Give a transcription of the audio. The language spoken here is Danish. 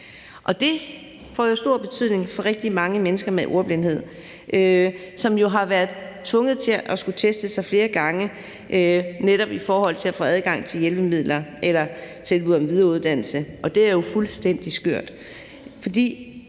Det får stor betydning for rigtig mange mennesker med ordblindhed, som jo netop har været tvunget til at skulle teste sig flere gange for at få adgang til hjælpemidler eller tilbud om videreuddannelse, og det er jo fuldstændig skørt.